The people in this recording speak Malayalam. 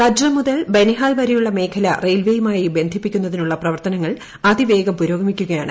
കട്ര മുതൽ ബനിഹാൽ വരെയുള്ള മേഖല റെയിൽവേയുമായി ബന്ധിപ്പിക്കുന്നതിനുള്ള പ്രവർത്തനങ്ങൽ അതിവേഗം പുരോമഗിക്കുകയാണ്